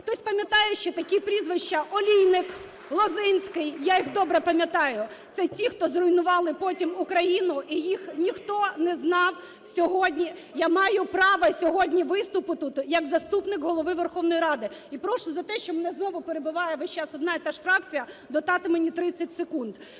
Хтось пам'ятає, ще такі прізвища: Олійник, Лозинський? Я їх добре пам'ятаю, це ті, хто зруйнували потім Україну, і їх ніхто не знав. Я маю право сьогодні виступу тут як заступник Голови Верховної Ради. І прошу за те, що мене знову перебиває весь час одна й та фракція, додати мені 30 секунд.